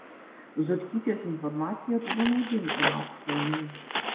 zutkytės informacija buvo naudinga hauptmanui